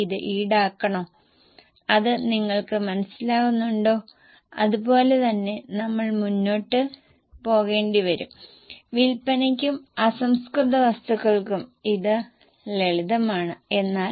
അപ്പോൾ നിങ്ങൾ ഡിപ്രീസിയേഷൻ എടുക്കും തുടർന്ന് വിൽപ്പന താരതമ്യേനയുള്ള വിൽപ്പനയുടെ ചിലവ് എന്നിവ എടുക്കുക നിങ്ങൾക്ക് പ്രവർത്തന ലാഭം മറ്റ് വരുമാനo പലിശ മുതലായവ ലഭിക്കും